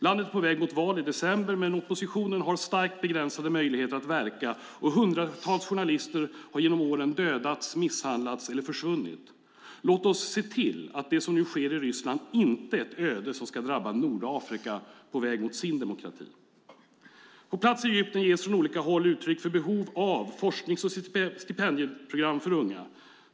Landet är på väg mot val i december, men oppositionen har starkt begränsade möjligheter att verka. Hundratals journalister har genom åren dödats, misshandlats eller försvunnit. Låt oss se till att det som nu sker i Ryssland inte är ett öde som ska drabba Nordafrika på dess väg mot demokrati! På plats i Egypten ges från olika håll uttryck för behov av forsknings och stipendieprogram för unga.